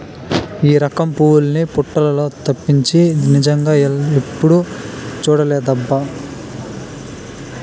ఈ రకం పువ్వుల్ని పోటోలల్లో తప్పించి నిజంగా ఎప్పుడూ చూడలేదబ్బా